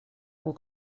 will